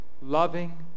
loving